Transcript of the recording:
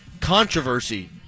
controversy